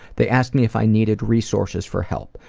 they asked me if i needed resources for help.